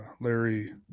Larry